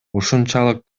ушунчалык